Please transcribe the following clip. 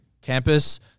campus